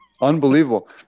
unbelievable